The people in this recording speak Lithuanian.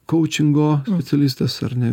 koučingo specialistas ar ne